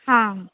हां